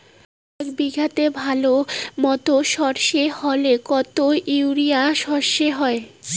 এক বিঘাতে ভালো মতো সর্ষে হলে কত ইউরিয়া সর্ষে হয়?